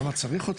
למה צריך?